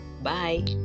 Bye